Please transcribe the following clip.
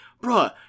bro